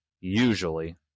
usually